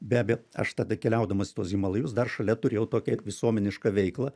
be abejo aš tada keliaudamas į tuos himalajus dar šalia turėjau tokią ir visuomenišką veiklą